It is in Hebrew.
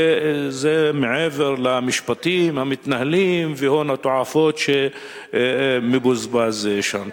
וזה מעבר למשפטים המתנהלים והון תועפות שמבוזבז שם.